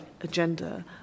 agenda